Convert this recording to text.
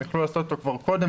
הם יכלו לעשות אותו כבר קודם,